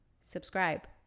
subscribe